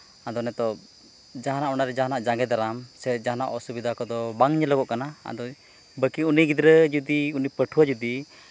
ᱟᱫᱚ ᱱᱤᱛᱚᱜ ᱡᱟᱦᱟᱱᱟᱜ ᱡᱟᱸᱜᱮ ᱫᱟᱨᱟᱢ ᱥᱮ ᱡᱟᱦᱟᱱᱟᱜ ᱚᱥᱩᱵᱤᱫᱷᱟ ᱠᱚᱫᱚ ᱵᱟᱝ ᱧᱮᱞᱚᱜ ᱠᱟᱱᱟ ᱟᱫᱚ ᱵᱟᱹᱠᱤ ᱜᱤᱫᱽᱨᱟᱹ ᱡᱩᱫᱤ ᱩᱱᱤ ᱯᱟᱹᱴᱷᱩᱣᱟᱹ ᱡᱩᱫᱤ